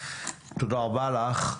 תודה רבה לך.